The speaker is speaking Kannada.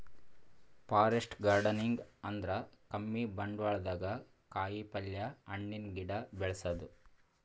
ಫಾರೆಸ್ಟ್ ಗಾರ್ಡನಿಂಗ್ ಅಂದ್ರ ಕಮ್ಮಿ ಬಂಡ್ವಾಳ್ದಾಗ್ ಕಾಯಿಪಲ್ಯ, ಹಣ್ಣಿನ್ ಗಿಡ ಬೆಳಸದು